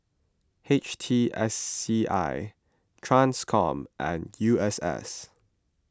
H T S C I Transcom and U S S